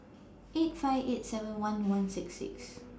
eight five eight seven one one six six